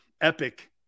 Epic